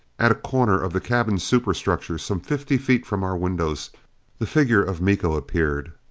at a corner of the cabin superstructure some fifty feet from our windows the figure of miko appeared.